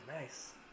Nice